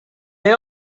they